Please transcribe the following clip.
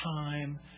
time